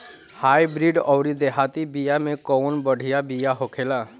Hybrid अउर देहाती बिया मे कउन बढ़िया बिया होखेला?